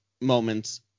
moments